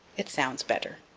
it sounds better.